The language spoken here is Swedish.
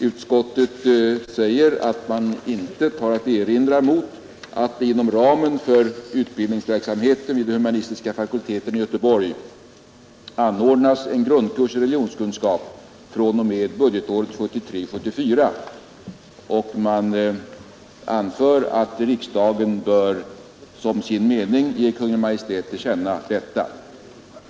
Utskottet säger att man intet har att erinra mot att det inom ramen för utbildningsverksamheten vid humanistiska fakulteten i Göteborg anordnas en grundkurs i religionskunskap fr.o.m. budgetåret 1973/74. Man anför att riksdagen bör som sin mening ge Kungl. Maj:t till känna detta.